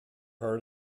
heard